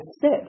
sit